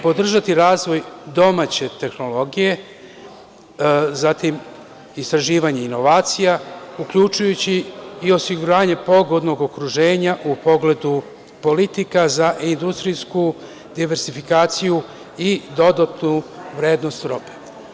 Podržati razvoj domaće tehnologije, zatim istraživanje inovacija, uključujući i osiguranje pogodnog okruženja u pogledu politika za industrijsku diverzifikaciju i dodatu vrednost robe.